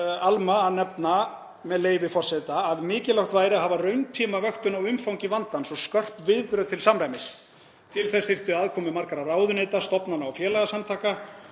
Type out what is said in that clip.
Alma að nefna, með leyfi forseta, að „mikilvægt væri að hafa rauntímavöktun á umfangi vandans og skörp viðbrögð til samræmis. Til þess þyrfti aðkomu margra ráðuneyta, stofnana og félagasamtaka.